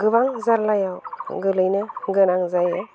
गोबां जारलायाव गोग्लैनो गोनां जायो